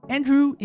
Andrew